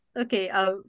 Okay